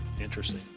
interesting